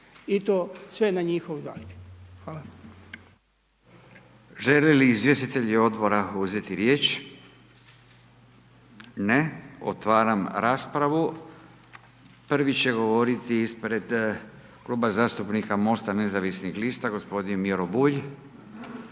I to sve na njihov zahtjev. Hvala.